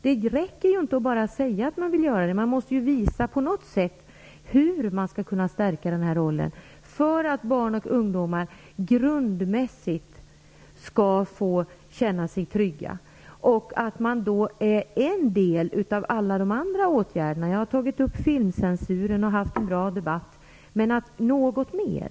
Det räcker inte bara med att säga att man vill göra det, utan man måste på något sätt visa hur den rollen skall kunna stärkas för att barn och ungdomar skall få känna sig trygga. Detta måste vara en del av åtgärderna. Jag har tagit upp filmcensuren och haft en bra debatt. Men görs det något mer?